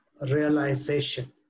realization